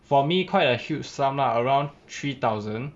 for me quite a huge sum lah around three thousand